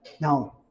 Now